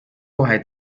kohe